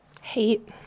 Hate